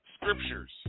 scriptures